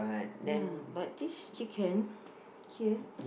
ya but this chicken here